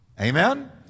Amen